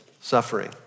suffering